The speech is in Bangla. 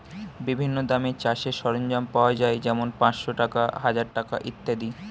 বিভিন্ন দামের চাষের সরঞ্জাম পাওয়া যায় যেমন পাঁচশ টাকা, হাজার টাকা ইত্যাদি